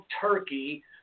Turkey